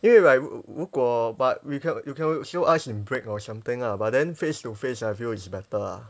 因为 right 如果 but we can we can still ask in break or something ah but then face-to-face I feel is better ah